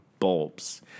bulbs